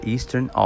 Eastern